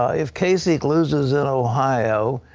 ah if kasich loses in ohio,